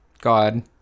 God